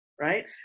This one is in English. Right